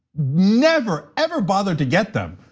never ever bother to get them,